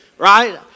Right